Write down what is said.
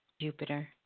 Jupiter